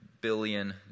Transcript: billion